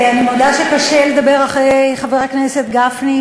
אני מודה שקשה לדבר אחרי חבר הכנסת גפני,